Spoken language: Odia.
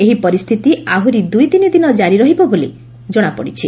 ଏହି ପରିସ୍ଥିତି ଆହୁରି ଦୁଇ ତିନିଦିନ କାରି ରହିବ ବୋଲି ଜଣାପଡିଛି